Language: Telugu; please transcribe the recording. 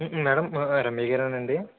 మేడం రమ్యగారేనండి